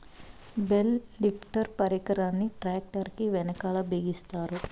bale lifter పరికరాన్ని tractor కీ వెనకాల బిగిస్తారు